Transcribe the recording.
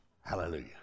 Hallelujah